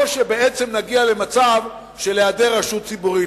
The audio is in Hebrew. או שבעצם נגיע למצב של היעדר רשות ציבורית.